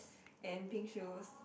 and pink shoes